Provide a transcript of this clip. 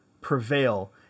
prevail